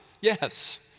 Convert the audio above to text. yes